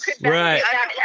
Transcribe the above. Right